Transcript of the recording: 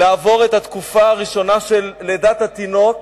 לעבור את התקופה הראשונה של לידת התינוק,